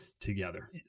together